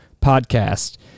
podcast